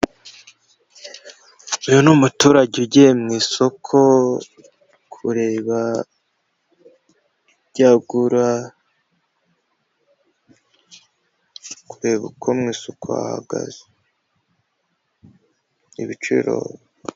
Uyu ni umuturage ugiye mu isoko kureba ibyo agura, kureba uko mu isoko hahagaze. Ibiciro